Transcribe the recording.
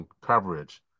coverage